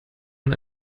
man